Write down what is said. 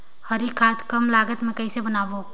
हरी खाद कम लागत मे कइसे बनाबो?